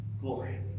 glory